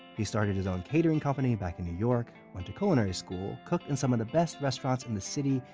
he started his own catering company back in new york, went to culinary school, cooked in some of the best restaurants in the city,